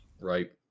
right